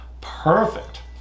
perfect